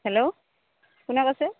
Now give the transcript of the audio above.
hello কোনে কৈছে